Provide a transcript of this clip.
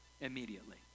immediately